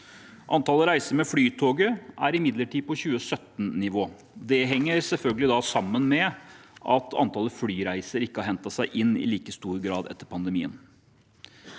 Antallet reiser med Flytoget er imidlertid på 2017-nivå. Det henger selvfølgelig sammen med at antallet flyreiser ikke har hentet seg inn i like stor grad etter pandemien.